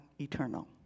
eternal